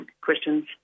questions